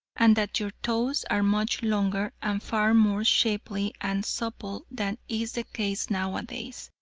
and that your toes are much longer and far more shapely and supple than is the case nowadays.